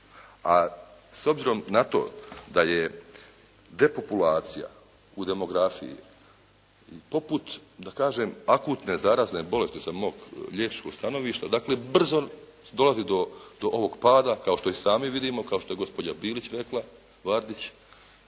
a s obzirom na to da je depopulacija u demografiji poput da kažem akutne zarazne bolesti sa mog liječničkog stanovišta. Dakle, brzo dolazi do ovog pada kao što i sami vidimo, kao što je gospođa Bilić rekla Vardić,